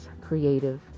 creative